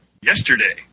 yesterday